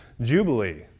jubilee